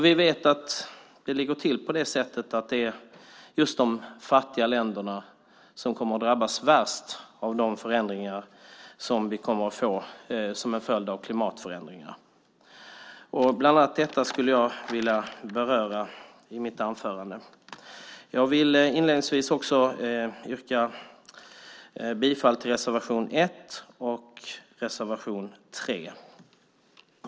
Vi vet att det ligger till på det sättet att det är just de fattiga länderna som kommer att drabbas värst av de förändringar som vi kommer att få som en följd av klimatförändringarna. Bland annat detta skulle jag vilja beröra i mitt anförande. Jag yrkar inledningsvis bifall till reservation 1 och reservation 3.